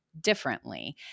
differently